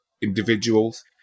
individuals